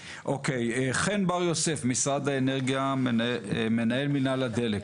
חן בר יוסף, משרד האנרגיה, מנהל מינהל הדלק,